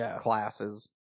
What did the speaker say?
classes